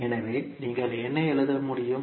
எனவே நீங்கள் என்ன எழுத முடியும்